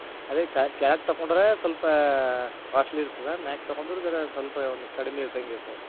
ಅದೆ ಕೆಳಗೆ ತಕೊಂಡರೆ ಸ್ವಲ್ಪ ಕಾಸ್ಟ್ಲಿ ಇರ್ತದ ಮ್ಯಾಗ ತಕೊಂದ್ರು ಜರ ಸ್ವಲ್ಪ ಒಂದು ಕಡ್ಮಿ ಇದ್ದಂಗೆ ಇರ್ತದ